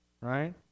Right